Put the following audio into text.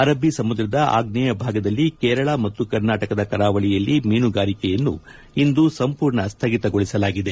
ಅರಬ್ಬಿ ಸಮುದ್ರದ ಆಗ್ನೇಯ ಭಾಗದಲ್ಲಿ ಕೇರಳ ಮತ್ತು ಕರ್ನಾಟಕದ ಕರಾವಳಿಯಲ್ಲಿ ಮೀನುಗಾರಿಕೆಯನ್ನು ಇಂದು ಸಂಪೂರ್ಣ ಸ್ಥಗಿತಗೊಳಿಸಲಾಗಿದೆ